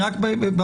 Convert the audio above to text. שוב,